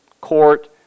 court